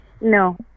No